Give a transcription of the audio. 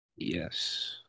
Yes